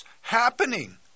happening